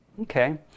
Okay